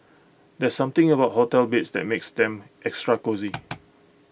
there's something about hotel beds that makes them extra cosy